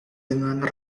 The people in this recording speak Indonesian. dengan